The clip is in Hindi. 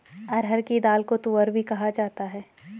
अरहर की दाल को तूअर भी कहा जाता है